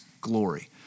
glory